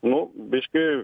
nu biškį